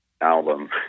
album